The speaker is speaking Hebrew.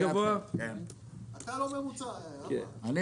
אתה לא ממוצע, אברהם.